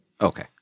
Okay